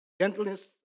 gentleness